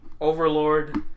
overlord